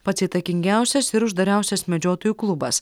pats įtakingiausias ir uždariausias medžiotojų klubas